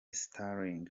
sterling